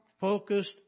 focused